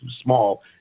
small